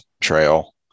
trail